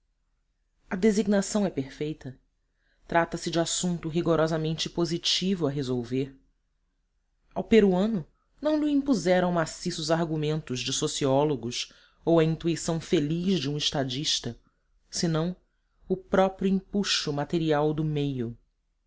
a designação é perfeita trata-se de assunto rigorosamente positivo a resolver ao peruano não lho impuseram maciços argumentos de sociólogos ou a intuição feliz de um estadista senão o próprio empuxo material do meio